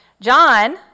john